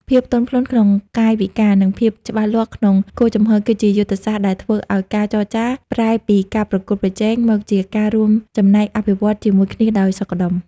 ភាពទន់ភ្លន់ក្នុងកាយវិការ និងភាពច្បាស់លាស់ក្នុងគោលជំហរ គឺជាយុទ្ធសាស្ត្រដែលធ្វើឱ្យការចរចាប្រែពីការប្រកួតប្រជែង មកជាការរួមចំណែកអភិវឌ្ឍជាមួយគ្នាដោយសុខដុម។